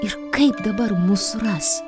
ir kaip dabar mus ras